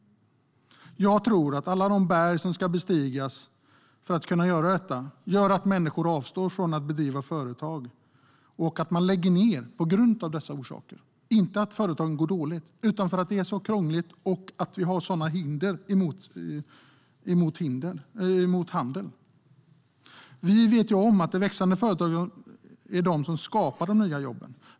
Jag tror att alla de berg som ska bestigas för att man ska kunna göra detta gör att människor avstår från att driva företag. Jag tror att man lägger ned på grund av detta, inte för att företagen går dåligt utan för att det är krångligt och för att vi har sådana hinder när det gäller handel. Vi vet att de växande företagen skapar de nya jobben.